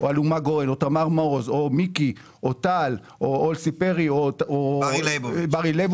אלומה גורן או תמר מור או מיקי או טל או אולסי פרי או בארי לייבוביץ,